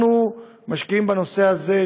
אנחנו משקיעים בנושא הזה,